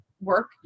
work